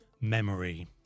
memory